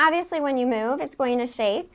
obviously when you move it's going to shape